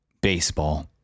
Baseball